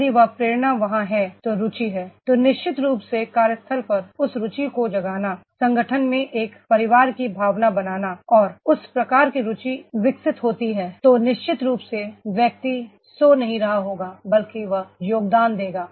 यदि वह प्रेरणा वहां है तो रुचि है तो निश्चित रूप से कार्यस्थल पर उस रुचि को जगाना संगठन में एक परिवार की भावना बनाना और उस प्रकार की रुचि विकसित होती है तो निश्चित रूप से व्यक्ति सो नहीं रहा होगा बल्कि वह योगदान देगा